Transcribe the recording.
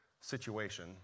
situation